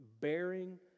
bearing